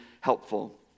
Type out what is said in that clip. helpful